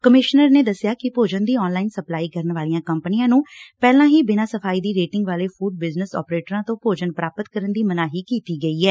commissioner ਨੇ ਦਸਿਆ ਕਿ ਭੋਜਨ ਦੀ ਆਨਲਾਈਨ ਸਪਲਾਈ ਕਰਨ ਵਾਲੀਆਂ ਕੰਪਨੀਆਂ ਨੂੰ ਪਹਿਲਾਂ ਹੀ ਬਿਨਾਂ ਸਫ਼ਾਈ ਦੀ ਰੇਟਿੰਗ ਵਾਲੇ ਫੂਡ ਬਿਜਨੈਸ ਆਪਰੇਟਰਾਂ ਤੋਂ ਭੋਜਨ ਪ੍ਰਾਪਤ ਕਰਨ ਦੀ ਮਨਾਹੀ ਕੀਤੀ ਗਈ ਐ